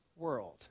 world